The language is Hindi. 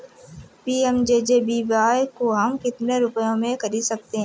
पी.एम.जे.जे.बी.वाय को हम कितने रुपयों में खरीद सकते हैं?